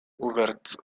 ouverte